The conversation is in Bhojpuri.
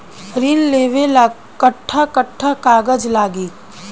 ऋण लेवेला कट्ठा कट्ठा कागज लागी?